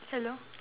hello